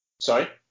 sorry